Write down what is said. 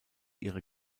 ihre